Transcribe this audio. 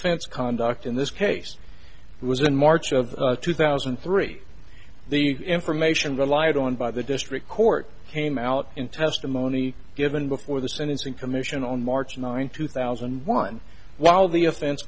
offense conduct in this case was in march of two thousand and three the information relied on by the district court came out in testimony given before the sentencing commission on march ninth two thousand and one while the offense